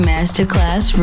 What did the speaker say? Masterclass